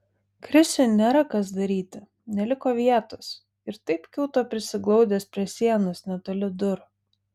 krisiui nėra kas daryti neliko vietos ir taip kiūto prisiglaudęs prie sienos netoli durų